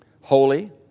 holy